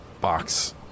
box